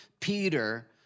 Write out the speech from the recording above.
Peter